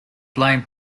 blame